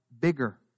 bigger